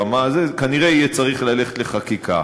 ברמה, כנראה יהיה צריך ללכת לחקיקה.